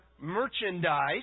merchandise